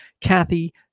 Kathy